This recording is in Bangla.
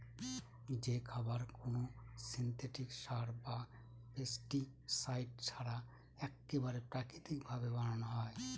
যে খাবার কোনো সিনথেটিক সার বা পেস্টিসাইড ছাড়া এক্কেবারে প্রাকৃতিক ভাবে বানানো হয়